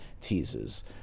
teases